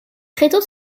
tréteaux